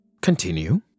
Continue